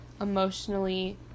emotionally